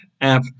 app